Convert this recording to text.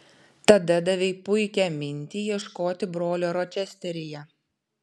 tada davei puikią mintį ieškoti brolio ročesteryje